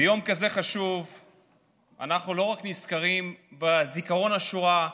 ביום כזה חשוב אנחנו לא רק נזכרים בזיכרון השואה,